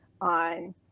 on